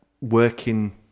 working